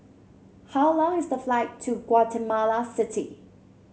how long is the flight to Guatemala City